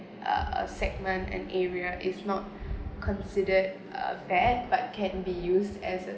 uh segment and area is not considered a fair but can be used as a